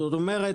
זאת אומרת,